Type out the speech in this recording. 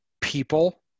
people